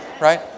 right